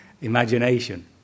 imagination